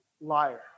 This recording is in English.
liar